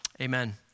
amen